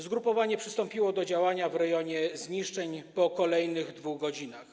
Zgrupowanie przystąpiło do działania w rejonie zniszczeń po kolejnych 2 godzinach.